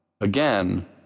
Again